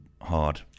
hard